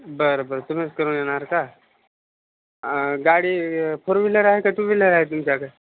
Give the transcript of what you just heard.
बरं बरं तुम्हीच करून येणार का गाडी फोर व्हीलर आहे का टू व्हीलर आहे तुमच्याकडे